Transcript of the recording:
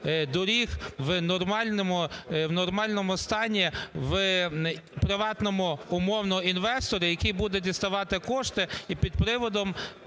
доріг у нормальному стані приватному, умовно, інвестору, який буде діставати кошти і під приводом